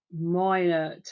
minor